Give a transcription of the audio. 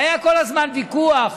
והיה כל הזמן ויכוח